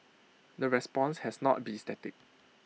the response has not be static